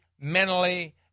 mentally